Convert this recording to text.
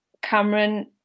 cameron